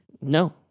No